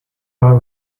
all